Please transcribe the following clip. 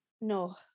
No